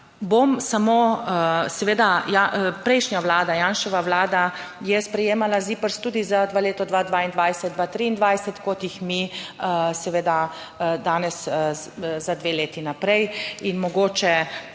Bom samo... Seveda, prejšnja Vlada, Janševa Vlada, je sprejemala ZIPRS tudi za leti 2022 in 2023, kot jih mi seveda danes, za dve leti naprej. In mogoče